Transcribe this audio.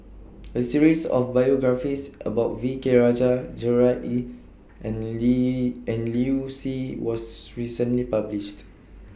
A series of biographies about V K Rajah Gerard Ee and Li and Liu Si was recently published